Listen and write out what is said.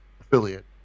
affiliate